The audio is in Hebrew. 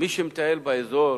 כמי שמטייל באזור,